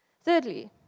Thirdly